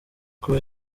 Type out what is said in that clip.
kuva